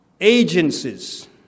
agencies